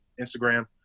Instagram